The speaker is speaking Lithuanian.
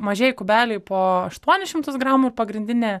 mažieji kubeliai po aštuonis šimtus gramų ir pagrindinė